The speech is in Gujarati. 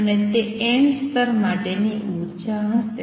અને તે n સ્તર માટે ની ઉર્જા હશે